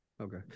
okay